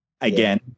again